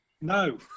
No